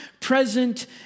present